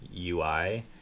UI